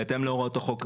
בהתאם להוראות החוק,